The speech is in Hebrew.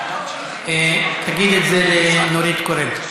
אני, תגיד את זה לנורית קורן.